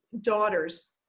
daughters